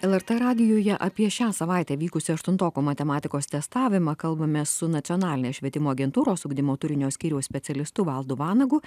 lrt radijuje apie šią savaitę vykusį aštuntokų matematikos testavimą kalbamės su nacionalinės švietimo agentūros ugdymo turinio skyriaus specialistu valdu vanagu